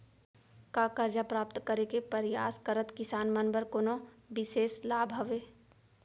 का करजा प्राप्त करे के परयास करत किसान मन बर कोनो बिशेष लाभ हवे?